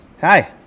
Hi